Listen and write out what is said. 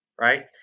right